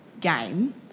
game